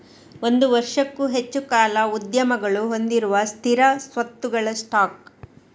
ಒಂದು ವರ್ಷಕ್ಕೂ ಹೆಚ್ಚು ಕಾಲ ಉದ್ಯಮಗಳು ಹೊಂದಿರುವ ಸ್ಥಿರ ಸ್ವತ್ತುಗಳ ಸ್ಟಾಕ್